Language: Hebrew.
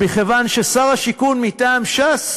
מכיוון ששר השיכון מטעם ש"ס